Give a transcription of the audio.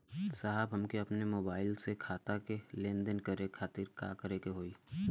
साहब हमके अपने मोबाइल से खाता के लेनदेन करे खातिर का करे के होई?